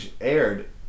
aired